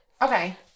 Okay